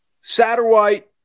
Satterwhite